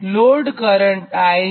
load current I છે